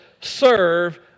serve